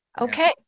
Okay